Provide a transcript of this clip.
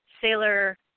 Sailor